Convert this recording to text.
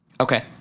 Okay